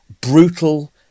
brutal